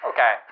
Okay